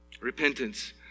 repentance